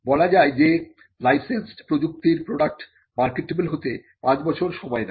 বলা যায় যে লাইসেন্সড প্রযুক্তির প্রডাক্ট মার্কেটেবল হতে পাঁচ বছর সময় নেয়